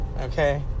okay